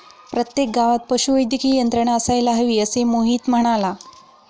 प्रत्येक गावात पशुवैद्यकीय यंत्रणा असायला हवी, असे मोहित म्हणाला